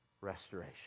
restoration